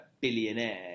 billionaire